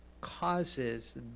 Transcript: causes